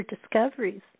discoveries